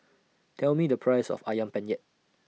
Tell Me The Price of Ayam Penyet